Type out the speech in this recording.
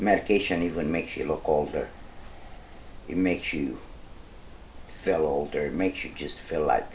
medication even makes you look older it makes you feel older makes you just feel like